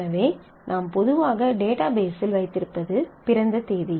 எனவே நாம் பொதுவாக டேட்டாபேஸில் வைத்திருப்பது பிறந்த தேதி